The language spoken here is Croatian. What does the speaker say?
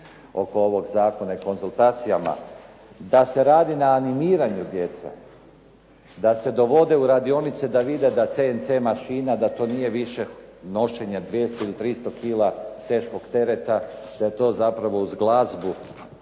oko ovog zakona i konzultacijama da se radi na animiranju djece, da se dovode u radionice da vide da CNC mašina da to nije više nošenje 200 ili 300 kila teškog tereta, da je to zapravo uz glazbu,